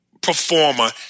performer